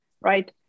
right